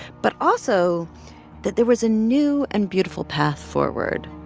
but also that there was a new and beautiful path forward.